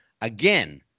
again